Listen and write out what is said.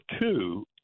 two